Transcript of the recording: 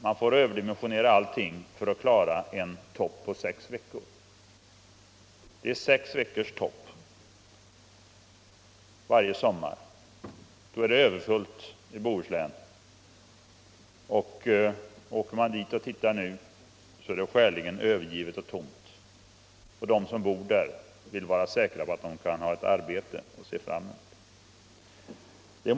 Man får överdimensionera allting för att klara en topp på sex veckor varje sommar. Då är det överfullt i Bohuslän. Åker man dit nu, finner man att det är skäligen övergivet och tomt. De som bor där vill emellertid även under den här perioden ha ett arbete att se fram emot.